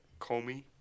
Comey